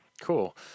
Cool